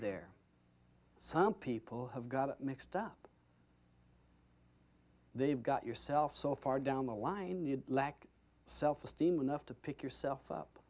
there some people have got it mixed up they've got yourself so far down the line you lack self esteem enough to pick yourself up